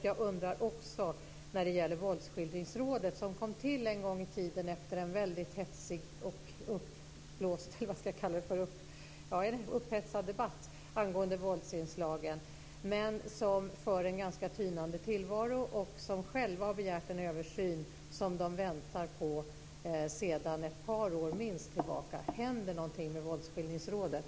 Jag undrar också över Våldsskildringsrådet. Det kom till en gång i tiden efter en upphetsad debatt angående våldsinslagen men för en ganska tynande tillvaro. Man har själv begärt en översyn som man väntar på sedan minst ett par år tillbaka. Händer det någonting med Våldsskildringsrådet?